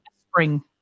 spring